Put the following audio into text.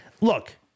Look